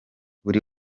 buri